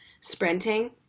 sprinting